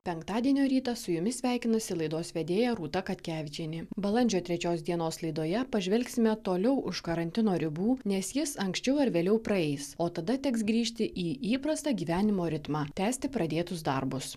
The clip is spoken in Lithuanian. penktadienio rytą su jumis sveikinasi laidos vedėja rūta katkevičienė balandžio trečios dienos laidoje pažvelgsime toliau už karantino ribų nes jis anksčiau ar vėliau praeis o tada teks grįžti į įprastą gyvenimo ritmą tęsti pradėtus darbus